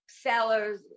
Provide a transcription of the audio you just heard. sellers